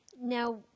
now